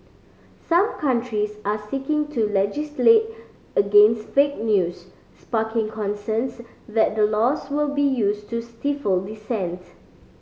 some countries are seeking to legislate against fake news sparking concerns that the laws will be used to stifle dissent